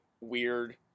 weird